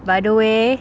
by the way